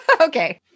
Okay